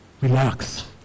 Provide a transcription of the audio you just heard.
relax